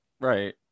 Right